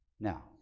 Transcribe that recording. Now